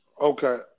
Okay